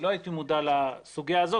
לא הייתי מודע לסוגיה הזאת.